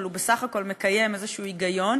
אבל הוא בסך הכול מקיים איזשהו היגיון,